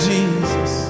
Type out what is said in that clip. Jesus